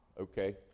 okay